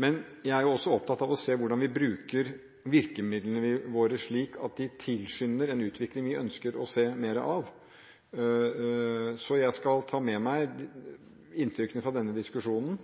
Men jeg er også opptatt av å se hvordan vi bruker virkemidlene våre slik at de tilskynder en utvikling vi ønsker å se mer av. Jeg skal ta med meg inntrykkene fra denne diskusjonen